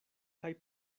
kaj